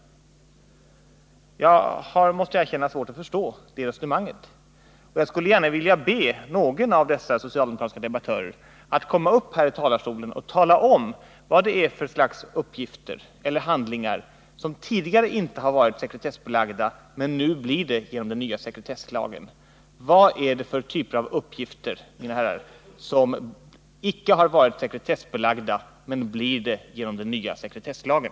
Jag måste erkänna att jag har svårt att förstå det resonemanget, och jag skulle vilja be någon av dessa socialdemokratiska debattörer att gå upp i talarstolen och tala om vilket slags uppgifter eller handlingar de avser. Vilken typ av uppgifter är det, mina herrar, som icke har varit sekretessbelagda, men som nu blir det genom den nya sekretesslagen?